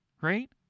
right